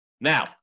Now